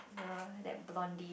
the that blondie